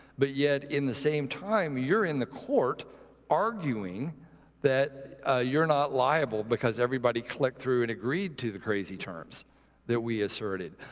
but yet in the same time, you're in the court arguing that you're not liable because everybody clicked through and agreed to the crazy terms that we asserted.